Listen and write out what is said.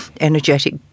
energetic